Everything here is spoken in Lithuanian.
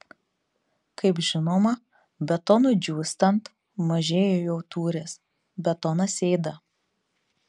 kaip žinoma betonui džiūstant mažėja jo tūris betonas sėda